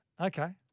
Okay